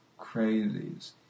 crazies